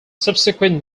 subsequent